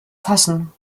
fassen